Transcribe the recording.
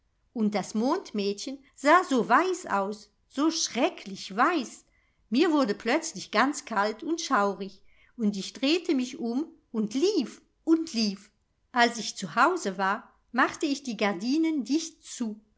und das mondmädchen sah so weiß aus so schrecklich weiß mir wurde plötzlich ganz kalt und schaurig und ich drehte mich um und lief und lief als ich zu hause war machte ich die gardinen dicht zu